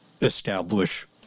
establish